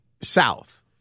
South